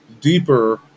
deeper